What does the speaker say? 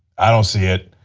i don't see it.